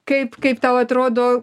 kaip kaip tau atrodo